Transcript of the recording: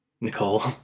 Nicole